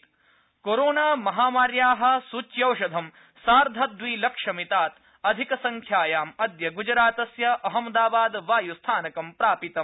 COVID सूच्यौषधम् corona महामार्याः सूच्यौषधं सार्धद्विलक्षमितात् अधिकसंख्यायाम् अद्य ग्जरातस्य अहमदाबाद वायुस्थानकं प्रापितम्